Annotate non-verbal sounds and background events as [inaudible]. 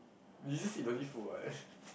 you just said you don't need food [what] [laughs]